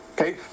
Okay